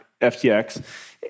FTX